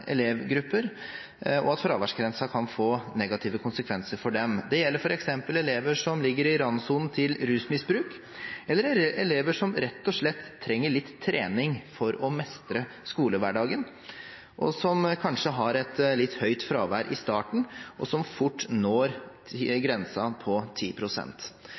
elevgrupper, at fraværsgrensen kan få negative konsekvenser for dem. Det gjelder f.eks. elever som ligger i randsonen til rusmisbruk, eller elever som rett og slett trenger litt trening for å mestre skolehverdagen – elever som kanskje har et litt høyt fravær i starten, og som fort når grensen på